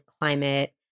climate